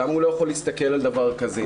למה הוא לא יכול להסתכל על דבר כזה?